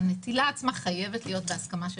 הנטילה עצמה חייבת להיות בהסכמה של